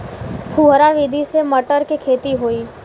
फुहरा विधि से मटर के खेती होई